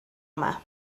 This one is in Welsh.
yma